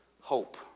hope